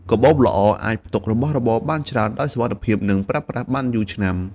កាបូបល្អអាចផ្ទុករបស់របរបានដោយសុវត្ថិភាព និងប្រើប្រាស់បានយូរឆ្នាំ។